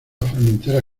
formentera